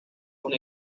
una